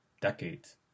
decades